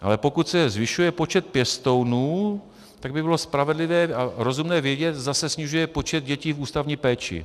Ale pokud se zvyšuje počet pěstounů, tak by bylo spravedlivé a rozumné vědět, zda se snižuje počet dětí v ústavní péči.